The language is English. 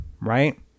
right